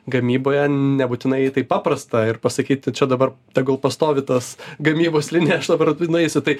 gamyboje nebūtinai taip paprasta ir pasakyti čia dabar tegul pastovi tos gamybos linija aš dabar nueisiu tai